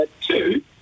two